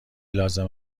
لازم